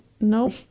nope